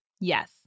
Yes